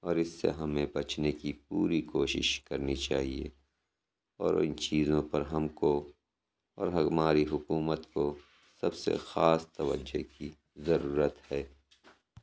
اور اِس سے ہمیں بچنے کی پوری کوشش کرنی چاہیے اور اِن چیزوں پر ہم کو اور ہماری حکومت کو سب سے خاص توجہ کی ضرورت ہے